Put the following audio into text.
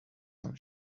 own